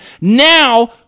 now